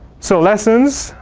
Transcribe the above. so lessons,